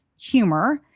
humor